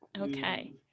Okay